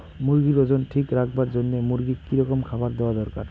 মুরগির ওজন ঠিক রাখবার জইন্যে মূর্গিক কি রকম খাবার দেওয়া দরকার?